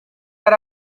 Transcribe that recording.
yari